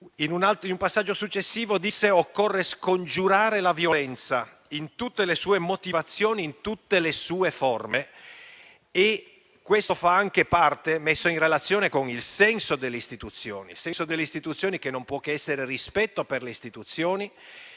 In un passaggio successivo disse che occorre scongiurare la violenza, in tutte le sue motivazioni e in tutte le sue forme. Anche questa parte va messa in relazione con il senso delle istituzioni, che non può che essere rispetto per le istituzioni: